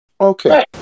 Okay